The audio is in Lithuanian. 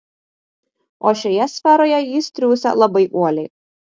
o šioje sferoje jis triūsia labai uoliai